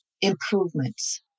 improvements